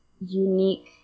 unique